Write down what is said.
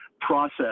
process